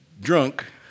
drunk